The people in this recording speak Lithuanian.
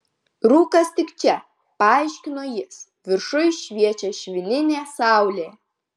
rūkas tik čia paaiškino jis viršuj šviečia švininė saulė